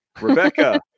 Rebecca